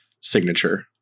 signature